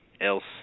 Else